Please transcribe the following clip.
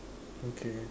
okay